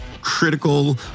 critical